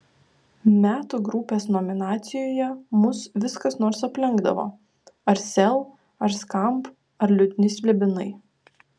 metų grupės nominacijoje mus vis kas nors aplenkdavo ar sel ar skamp ar liūdni slibinai